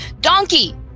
Donkey